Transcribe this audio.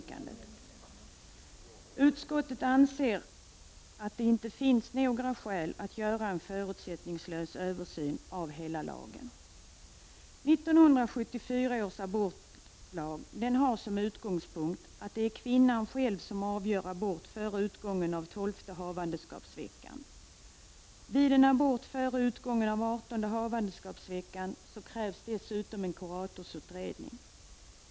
Jag yrkar således avslag på reservationen fogad vid betänkandet. 1974 års abortlag har som utgångspunkt att det är kvinnan själv som avgör om hon vill göra abort före utgången av 12:e havandeskapsveckan. Vid abort före utgången av 18:e havandeskapsveckan krävs dessutom en kuratorsutredning.